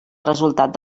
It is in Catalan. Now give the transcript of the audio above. resultat